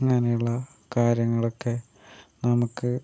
അങ്ങനെ ഉള്ള കാര്യങ്ങൾ ഒക്കെ നമുക്ക്